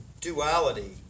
duality